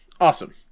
Awesome